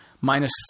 minus